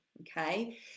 Okay